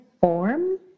form